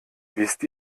wisst